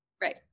Right